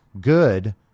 good